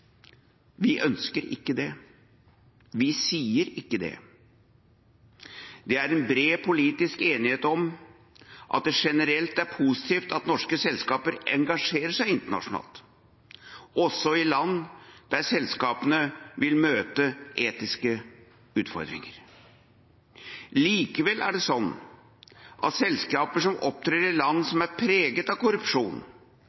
Vi ønsker ikke det. Vi sier ikke det. Det er en bred politisk enighet om at det generelt er positivt at norske selskaper engasjerer seg internasjonalt, også i land der selskapene vil møte etiske utfordringer. Likevel er det sånn at selskaper som opptrer i land som er preget av korrupsjon,